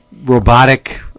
robotic